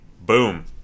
Boom